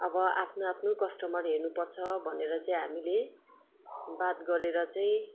अब आफ्नो आफ्नो कस्टमर हेर्नुपर्छ भनेर चाहिँ हामीले बात गरेर चाहिँ